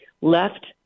left